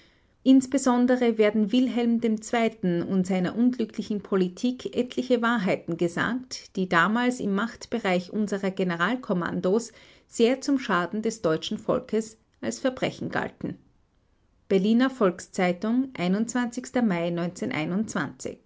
insbesondere werden wilhelm ii und seiner unglücklichen politik etliche wahrheiten gesagt die damals im machtbereich unserer generalkommandos sehr zum schaden des deutschen volkes als verbrechen galten berliner volks-zeitung mai